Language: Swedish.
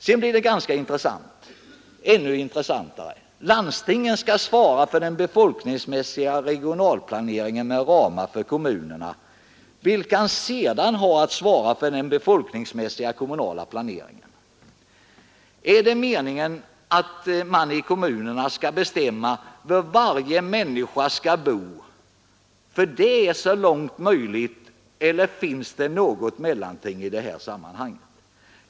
Sedan blir det ännu intressantare: Landstingen skall enligt centerpartiet svara för den befolkningsmässiga regionalplaneringen med ramar för kommunerna, vilka sedan har att svara för den befolkningsmässiga kommunala planeringen. Är det meningen att man i kommunerna skall bestämma var varje människa skall bo — det är nämligen innebörden i uttrycket ”så långt möjligt” — eller finns det något mellanting i detta sammanhang?